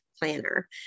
planner